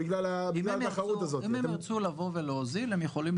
בגלל האפשרות הלא סחירה יכולים להגיע